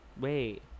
Wait